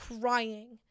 Crying